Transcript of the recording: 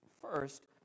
first